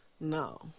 no